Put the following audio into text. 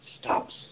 stops